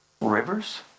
Rivers